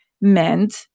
meant